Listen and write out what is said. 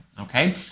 Okay